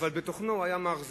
אבל בתוכנו הוא היה מאכזב,